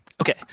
Okay